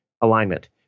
alignment